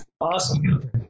Awesome